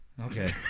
Okay